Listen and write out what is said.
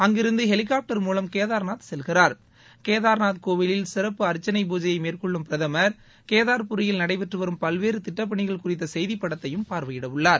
அங்கிருந்து ஹெலிகாப்டர் மூலம் கேதார்நாத் செல்கிறார் கேதார்நாத் கோவிலில் சிறப்பு அர்ச்சனை பூஜையை மேற்கொள்ளும் பிரதமர் கேதார்புரியில் நடைபெற்று வரும் பல்வேறு திட்டப்பணிகள் குறித்த செய்திப்படத்தையும் பார்வையிடவுள்ளார்